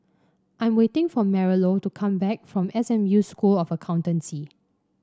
I'm waiting for Marilou to come back from S M U School of Accountancy